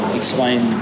explain